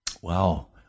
Wow